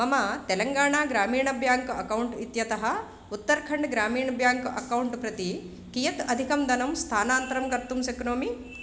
मम तेलङ्गाणा ग्रामीणं bank account इत्यतः उत्तराखण्डं ग्रामीणं ब्याङ्क् अकौण्ट् प्रति कियत् अधिकं धनं स्थानान्तरं कर्तुं शक्नोमि